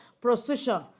prostitution